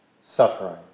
suffering